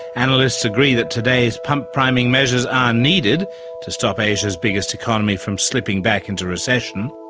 analysts agree that today's pump-priming measures are needed to stop asia's biggest economy from slipping back into recession.